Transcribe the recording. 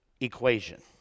equation